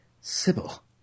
Sybil